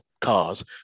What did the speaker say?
cars